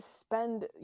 spend